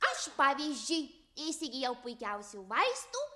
aš pavyzdžiui įsigijau puikiausių vaistų